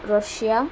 Russia